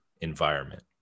Environment